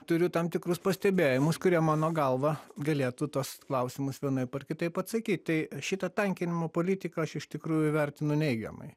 turiu tam tikrus pastebėjimus kurie mano galva galėtų tuos klausimus vienaip ar kitaip atsakyt tai šitą tankinimo politiką aš iš tikrųjų vertinu neigiamai